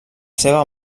seva